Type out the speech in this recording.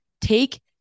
take